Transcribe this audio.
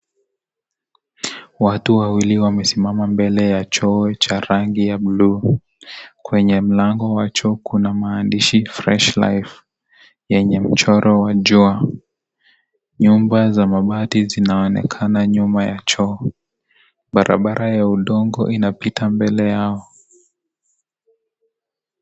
Watu wawili wamesimama mbele ya choo cha rangi ya bluu , kwenye mlango wa Choo kuna maandishi (CS)fresh(CS) life yenye michoro wa jua. Nyuma za mabati zinaonekana na nyuma ya choo, barabara ya udongo inapita mbele yao.